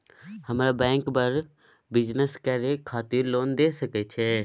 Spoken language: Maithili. हमरा बैंक बर बिजनेस करे खातिर लोन दय सके छै?